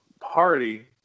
party